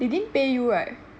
they didn't pay you [right]